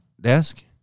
desk